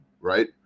right